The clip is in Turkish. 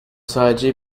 sadece